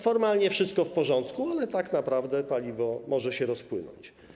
Formalnie wszystko w porządku, ale tak naprawdę paliwo może się rozpłynąć.